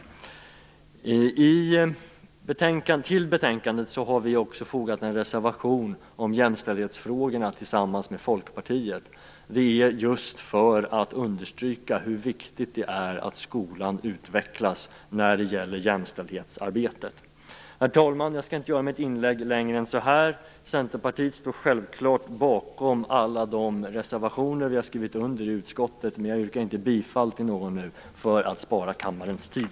Till betänkandet har vi tillsammans med Folkpartiet också fogat en reservation om jämställdhetsfrågorna. Det har vi gjort för att understryka hur viktigt det är att skolan utvecklas när det gäller jämställdhetsarbetet. Herr talman! Jag skall inte göra mitt inlägg längre än så här. Centerpartiet står självfallet bakom alla de reservationer som vi har skrivit under i utskottet, men för att spara kammarens tid yrkar jag inte bifall till någon.